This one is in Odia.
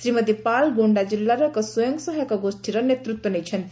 ଶ୍ରୀମତୀ ପାଲ ଗୋଣ୍ଡା ଜିଲ୍ଲାର ଏକ ସ୍ୱୟଂସହାୟକ ଗୋଷୀର ନେତୃତ୍ୱ ନେଇଛନ୍ତି